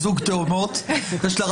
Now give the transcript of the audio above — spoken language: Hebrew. תאומות.